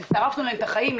שרפנו להם את החיים,